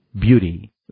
beauty